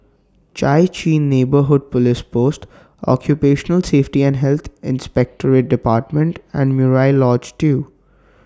Chai Chee Neighbourhood Police Post Occupational Safety and Health Inspectorate department and Murai Lodge two